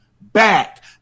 back